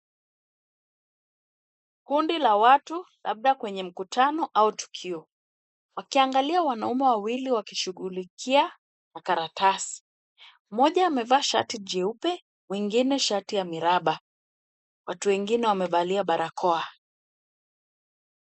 Kundi la watu labda kwenye mkutano au tukio wakiangalia wanaume wawili wakishughulika makaratasi. Mmoja amevaa shati jeupe wengine shati ya miraba. Watu wengine wamevalia barakoa.